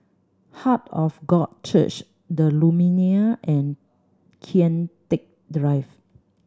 heart of God Church The Lumiere and Kian Teck